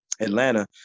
Atlanta